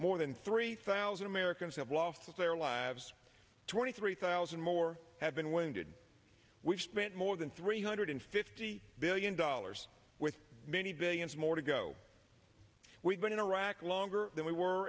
more than three thousand americans have office their lives twenty three thousand more have been wounded we spent more than three hundred fifty billion dollars with many billions more to go we've been in iraq longer than we were